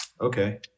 Okay